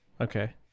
Okay